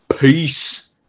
Peace